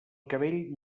cabell